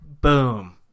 Boom